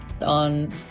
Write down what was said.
on